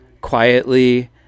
quietly